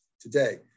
today